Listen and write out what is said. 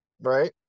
right